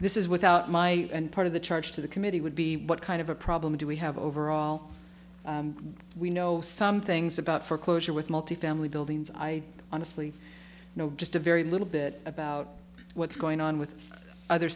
this is without my part of the charge to the committee would be what kind of a problem do we have overall we know something's about for closure with multifamily buildings i honestly know just a very little bit about what's going on with other